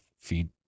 feed